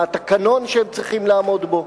מה התקנון שהם צריכים לעמוד בו.